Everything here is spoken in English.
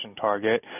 target